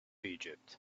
egypt